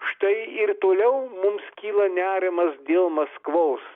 štai ir toliau mums kyla nerimas dėl maskvos